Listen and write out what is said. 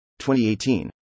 2018